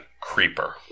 Creeper